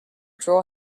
draw